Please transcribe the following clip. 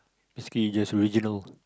basically just regionally